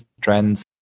trends